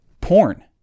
porn